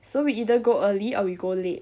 so we either go early or we go late